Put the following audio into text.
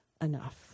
enough